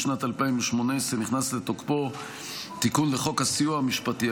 בשנת 2018 נכנס לתוקפו תיקון לחוק הסיוע המשפטי,